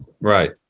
Right